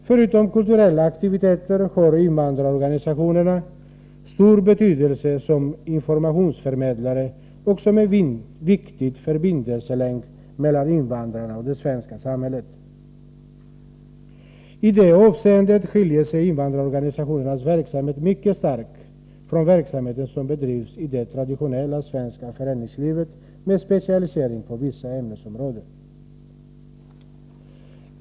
Bortsett från de kulturella aktiviteterna har invandrarorganisationerna stor betydelse när det gäller att förmedla information. Vidare utgör de en viktig förbindelselänk mellan invandrarna och det svenska samhället. I det avseendet skiljer sig invandrarorganisationernas verksamhet mycket starkt från den verksamhet som bedrivs inom det traditionella svenska föreningslivet, med specialisering på vissa ämnesområden.